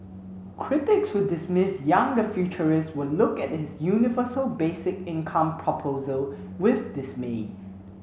critics who dismiss Yang the futurist will look at his universal basic income proposal with dismay